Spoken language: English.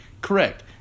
Correct